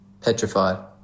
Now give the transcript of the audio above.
Petrified